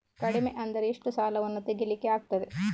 ಕಡಿಮೆ ಅಂದರೆ ಎಷ್ಟು ಸಾಲವನ್ನು ತೆಗಿಲಿಕ್ಕೆ ಆಗ್ತದೆ?